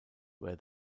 were